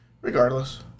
Regardless